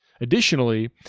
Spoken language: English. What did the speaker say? Additionally